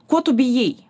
ko tu bijai